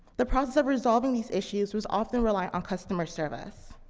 the process of resolving these issues was often relying on customer service.